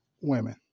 women